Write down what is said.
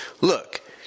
look